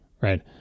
right